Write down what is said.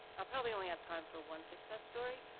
i'll probably only have time for one success story.